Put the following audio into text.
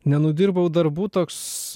nenudirbau darbų toks